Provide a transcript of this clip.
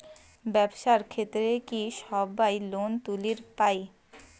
ব্যবসার ক্ষেত্রে কি সবায় লোন তুলির পায়?